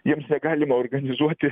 jiems negalima organizuoti